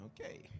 Okay